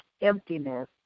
emptiness